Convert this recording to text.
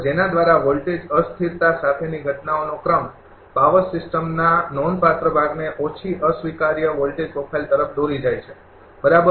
જેના દ્વારા વોલ્ટેજ અસ્થિરતા સાથેની ઘટનાઓનો ક્રમ પાવર સિસ્ટમના નોંધપાત્ર ભાગને ઓછી અસ્વીકાર્ય વોલ્ટેજ પ્રોફાઇલ તરફ દોરી જાય છે બરાબર